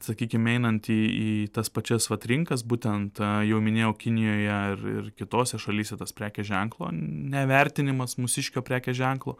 sakykim einant į į tas pačias vat rinkas būtent jau minėjau kinijoje ir ir kitose šalyse tas prekės ženklo nevertinimas mūsiškio prekės ženklo